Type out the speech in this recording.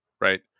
right